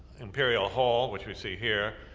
imperial hall, which we see here,